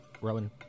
Rowan